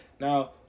Now